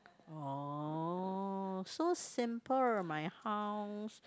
oh so simple my house